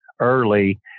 early